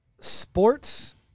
sports